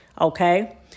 okay